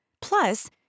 Plus